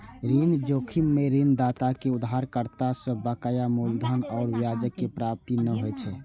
ऋण जोखिम मे ऋणदाता कें उधारकर्ता सं बकाया मूलधन आ ब्याजक प्राप्ति नै होइ छै